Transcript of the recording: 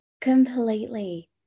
Completely